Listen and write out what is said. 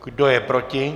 Kdo je proti?